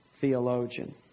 theologian